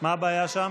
יש בעיה, מה הבעיה שם?